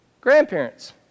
grandparents